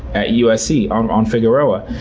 at usc on on figueroa.